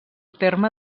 terme